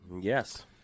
Yes